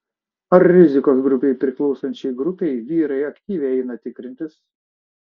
ar rizikos grupei priklausančiai grupei vyrai aktyviai eina tikrintis